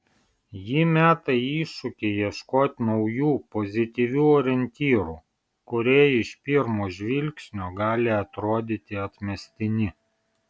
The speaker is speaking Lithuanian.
ji meta iššūkį ieškoti naujų pozityvių orientyrų kurie iš pirmo žvilgsnio gali atrodyti atmestini